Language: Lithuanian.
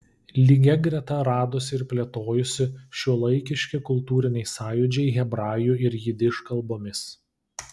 lygia greta radosi ir plėtojosi šiuolaikiški kultūriniai sąjūdžiai hebrajų ir jidiš kalbomis